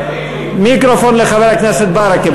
מיקרופון לחבר הכנסת ברכה,